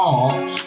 art